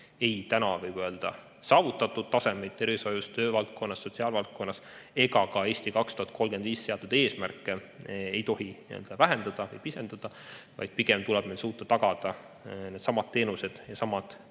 ei täna, võib öelda: saavutatud tasemeid tervishoius, töövaldkonnas ja sotsiaalvaldkonnas ega ka strateegias "Eesti 2035" seatud eesmärke ei tohi vähendada või pisendada, vaid pigem tuleb meil suuta tagada needsamad teenused ja samad